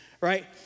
right